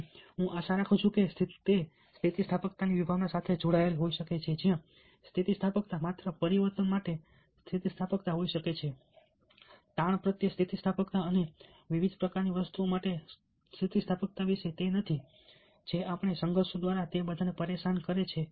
અને હું આશા રાખું છું કે તે સ્થિતિસ્થાપકતાની વિભાવના સાથે જોડાઈ શકે છે જ્યાં સ્થિતિસ્થાપકતા માત્ર પરિવર્તન માટે સ્થિતિસ્થાપકતા તાણ પ્રત્યે સ્થિતિસ્થાપકતા અને વિવિધ પ્રકારની વસ્તુઓ માટે સ્થિતિસ્થાપકતા વિશે નથી જે આપણને સંઘર્ષો દ્વારા તે બધાને પરેશાન કરે છે